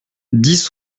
dix